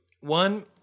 one